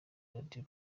radiyo